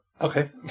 Okay